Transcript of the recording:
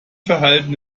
verhalten